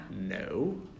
No